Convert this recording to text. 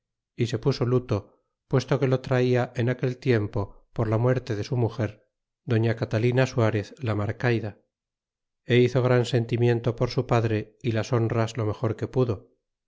puso luto puesto que lo traia en aquel tiempo por ta v muerte de su muger doña catalina suarez la marcaida ébizogranseutiwiento por su padre y las honras lo mejor que pudo